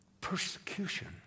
Persecution